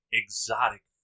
exotic